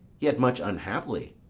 yet much unhappily.